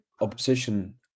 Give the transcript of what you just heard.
opposition